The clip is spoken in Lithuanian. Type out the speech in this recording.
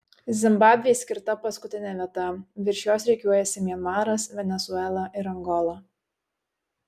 zimbabvei skirta paskutinė vieta virš jos rikiuojasi mianmaras venesuela ir angola